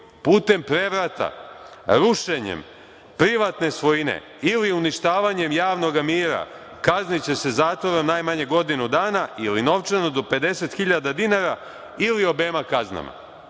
putem prevrata, rušenjem privatne svojine ili uništavanjem javnoga mira, kazniće se zatvorom najmanje godinu dana ili novčano do 50.000 dinara, ili obema kaznama“.E